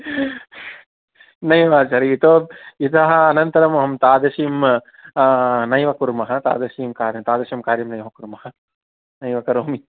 नैव आचार्य इतः अनन्तरं अहं तादृशीं नैव कुर्मः तादृशीं कार्यं तादृशं कार्यं नैव कुर्मः नैव करोमि